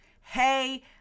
Hey